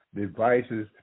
devices